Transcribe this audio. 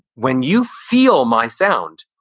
when you feel my sound,